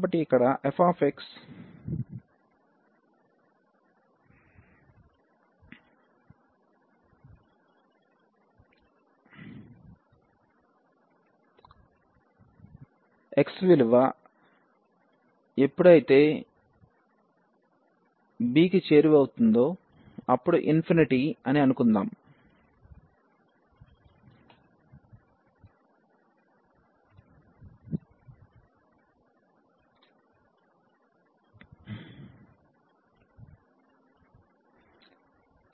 కాబట్టి ఇక్కడ fx x విలువ ఎప్పుడైతే b కి చేరువ అవుతుందో అని అనుకుందాం